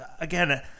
again